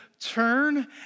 turn